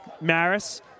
Maris